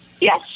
Yes